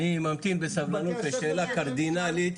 אני ממתין בסבלנות לשאלה קרדינאלית,